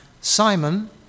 Simon